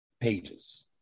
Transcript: pages